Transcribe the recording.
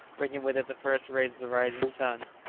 bringing with it the first rays of the rising sun.